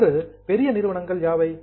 இன்று பெரிய நிறுவனங்கள் யாவை